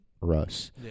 russ